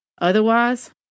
Otherwise